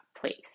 place